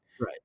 Right